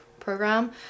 Program